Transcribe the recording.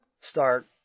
start